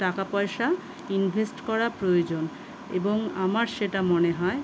টাকাপয়সা ইনভেস্ট করা প্রয়োজন এবং আমার সেটা মনে হয়